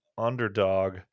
underdog